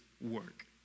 work